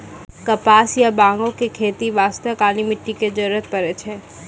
कपास या बांगो के खेती बास्तॅ काली मिट्टी के जरूरत पड़ै छै